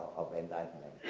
of enlightenment.